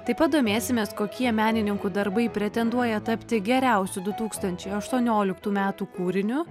taip pat domėsimės kokie menininkų darbai pretenduoja tapti geriausiu du tūkstančiai aštuonioliktų metų kūriniu